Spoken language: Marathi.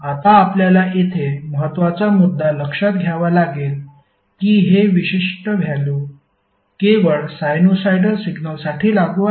आता आपल्याला येथे महत्त्वाचा मुद्दा लक्षात घ्यावा लागेल की हे विशिष्ट व्हॅल्यु केवळ साइनुसॉईडल सिग्नलसाठी लागू आहे